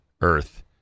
Earth